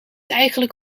eigenlijk